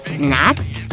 snacks?